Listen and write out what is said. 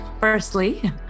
firstly